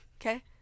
Okay